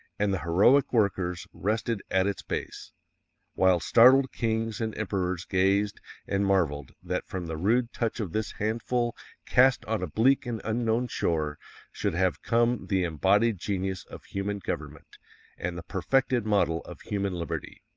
and the heroic workers rested at its base while startled kings and emperors gazed and marveled that from the rude touch of this handful cast on a bleak and unknown shore should have come the embodied genius of human government and the perfected model of human liberty!